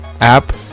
app